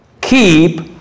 keep